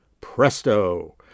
presto